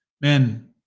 Men